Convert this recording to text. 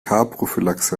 prophylaxe